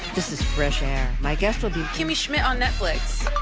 this is fresh air. my guest will be kimmy schmidt on netflix.